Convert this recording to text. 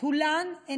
מאסטוול אלאזה,